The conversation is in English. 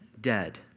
dead